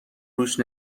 روش